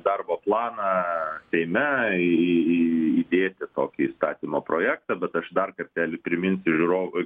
darbo planą seime įdėti tokį įstatymo projektą bet aš dar kartelį priminsiu žiūrovui